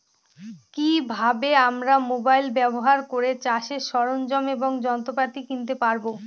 কি ভাবে আমরা মোবাইল ব্যাবহার করে চাষের সরঞ্জাম এবং যন্ত্রপাতি কিনতে পারবো?